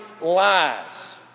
lies